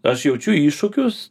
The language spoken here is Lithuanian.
aš jaučiu iššūkius